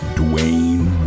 dwayne